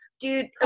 Dude